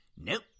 Nope